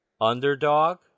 underdog